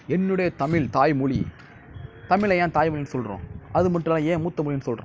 என்னுடைய தமிழ் தாய் மொழி தமிழை ஏன் தாய் மொழின்னு சொல்கிறோம் அது மட்டும் இல்லைனா ஏன் மூத்த மொழின்னு சொல்றோம்